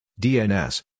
DNS